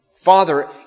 Father